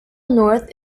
north